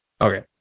Okay